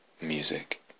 Music